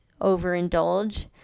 overindulge